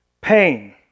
Pain